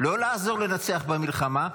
לא לעזור לנצח במלחמה.